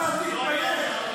אתה תתבייש.